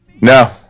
No